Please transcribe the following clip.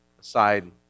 aside